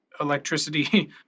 electricity